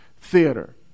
theater